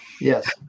Yes